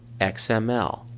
xml